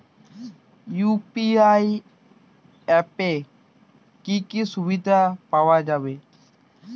UPI অ্যাপে কি কি সুবিধা পাওয়া যাবে?